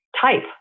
type